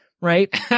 right